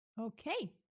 Okay